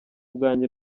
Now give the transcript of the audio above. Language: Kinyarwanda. bwanjye